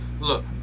Look